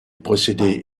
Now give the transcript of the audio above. procédé